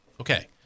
Okay